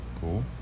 cool